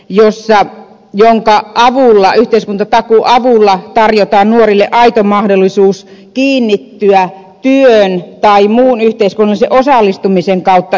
jos ja lentää hallitusohjelmassa jonka avulla tarjotaan nuorille aito mahdollisuus kiinnittyä työn tai muun yhteiskunnallisen osallistumisen kautta yhteiskuntaan